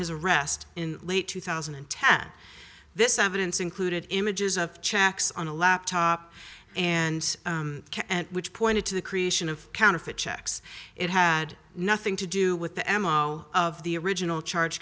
his arrest in late two thousand and ten this evidence included images of checks on a laptop and at which point to the creation of counterfeit checks it had nothing to do with the m o of the original charge